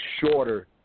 shorter